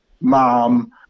mom